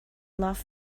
laugh